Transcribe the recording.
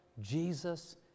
Jesus